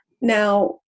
Now